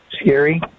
scary